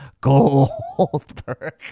Goldberg